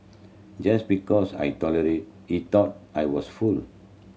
just because I tolerated he thought I was fool